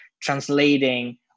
translating